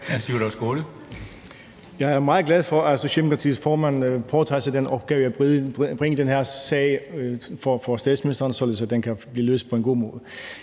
Jeg er meget glad for, at Socialdemokratiets formand påtager sig den opgave at bringe den her sag for statsministeren, således at den kan blive løst på en god måde.